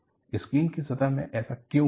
screen की सतह में ऐसा क्यों हुआ है